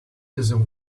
doesn’t